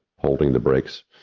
holding the brakes,